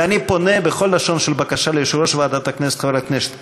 אני פונה בכל לשון של בקשה ליושב-ראש ועדת הכנסת חבר הכנסת קיש,